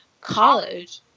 college